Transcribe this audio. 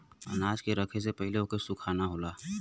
अनाज के रखे से पहिले ओके सुखाना होला